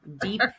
deep